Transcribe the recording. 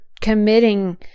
committing